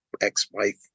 ex-wife